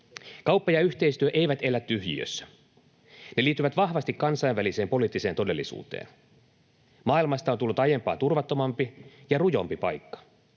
Kauppa ja yhteistyö eivät elä tyhjiössä. Ne liittyvät vahvasti kansainväliseen poliittiseen todellisuuteen. Maailmasta on tullut aiempaa turvattomampi ja rujompi paikka.